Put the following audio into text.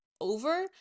over